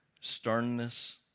sternness